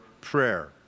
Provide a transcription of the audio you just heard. prayer